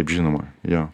žinoma jo